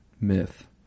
myth